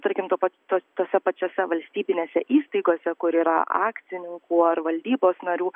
tarkim ta pati tose pačiose valstybinėse įstaigose kur yra akcininkų ar valdybos narių